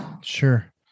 Sure